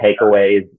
takeaways